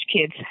kids